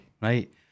Right